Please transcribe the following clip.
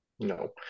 No